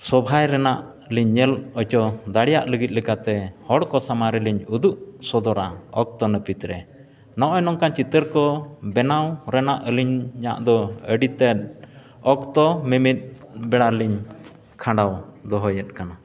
ᱥᱚᱵᱷᱟᱭ ᱨᱮᱱᱟᱜ ᱞᱤᱧ ᱧᱮᱞ ᱦᱚᱪᱚ ᱫᱟᱲᱮᱭᱟᱜ ᱞᱟᱹᱜᱤᱫ ᱞᱮᱠᱟᱛᱮ ᱦᱚᱲ ᱠᱚ ᱥᱟᱢᱟᱝ ᱨᱮᱞᱤᱧ ᱩᱫᱩᱜ ᱥᱚᱫᱚᱨᱟ ᱚᱠᱛᱚ ᱱᱟᱹᱯᱤᱛ ᱨᱮ ᱱᱚᱜᱼᱚᱭ ᱱᱚᱝᱠᱟᱱ ᱪᱤᱛᱟᱹᱨ ᱠᱚ ᱵᱮᱱᱟᱣ ᱨᱮᱭᱟᱜ ᱟᱹᱞᱤᱧᱟᱜ ᱫᱚ ᱟᱹᱰᱤ ᱛᱮᱫ ᱚᱠᱛᱚ ᱢᱤᱢᱤᱫ ᱵᱮᱲᱟ ᱞᱤᱧ ᱠᱷᱟᱸᱰᱟᱣ ᱫᱚᱦᱚᱭᱮᱫ ᱠᱟᱱᱟ